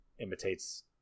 imitates